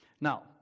Now